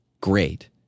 great